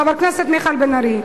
חבר הכנסת מיכאל בן-ארי,